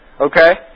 Okay